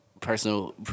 personal